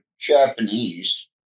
Japanese